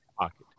pocket